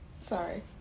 Sorry